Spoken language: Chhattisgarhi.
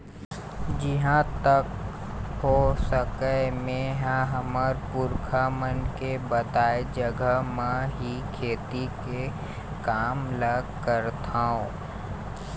जिहाँ तक हो सकय मेंहा हमर पुरखा मन के बताए रद्दा म ही खेती के काम ल करथँव